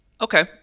Okay